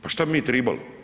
Pa što bi mi tribali?